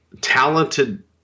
talented